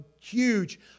huge